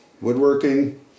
woodworking